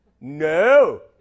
No